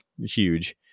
huge